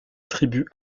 tribu